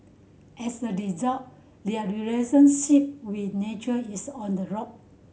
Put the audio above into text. as a result their relationship with nature is on the rock